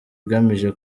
igamije